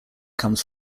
comes